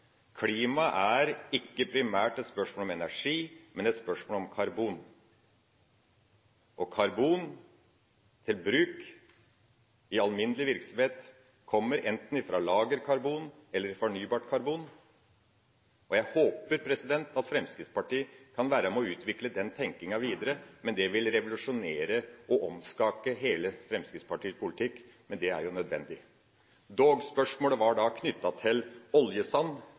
klima, hadde jeg altså en nødvendig distinksjon der: Klima er ikke primært et spørsmål om energi, men et spørsmål om karbon. Karbon til bruk i alminnelig virksomhet kommer enten fra lagerkarbon eller fra fornybart karbon, og jeg håper at Fremskrittspartiet kan være med og utvikle den tenkinga videre. Det vil revolusjonere og omskake hele Fremskrittspartiets politikk, men det er nødvendig. Spørsmålet var også knyttet til oljesand.